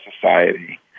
society